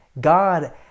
God